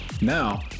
Now